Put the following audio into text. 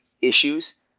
issues